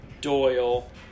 doyle